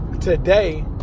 today